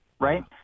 right